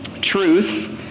truth